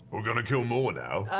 we're going to kill more now?